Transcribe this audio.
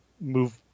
move